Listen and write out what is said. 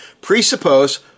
presuppose